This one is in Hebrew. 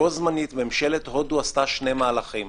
בו-זמנית ממשלת הודו עשתה שני מהלכים.